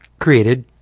created